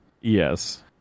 yes